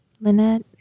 Lynette